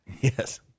yes